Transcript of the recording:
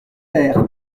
mer